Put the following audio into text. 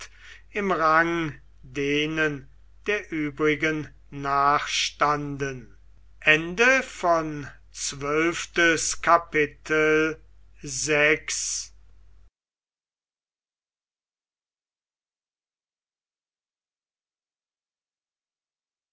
im rang denen der übrigen nachstanden